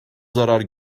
zarar